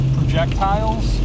Projectiles